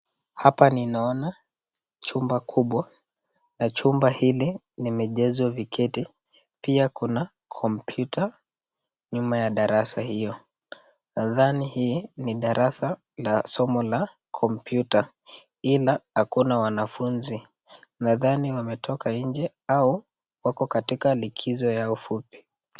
Hapa ninaona chumba kubwa. Na chumba hili limejazwa viketi, pia kuna kompyuta nyuma ya darasa hio. Nadhani hii ni darasa la somo la kompyuta ila hakuna wanafuzi. Nadhani wametoka nje au wako katika likizo yao fupi.